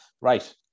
Right